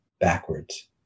backwards